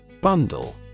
Bundle